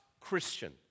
Christian